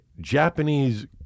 Japanese